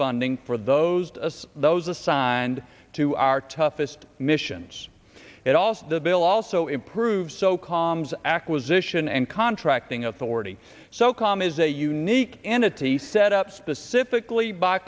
funding for those of us those assigned to our toughest missions it also the bill also improves so calm's acquisition and contracting authority socom is a unique entity set up specifically by